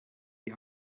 die